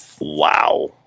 Wow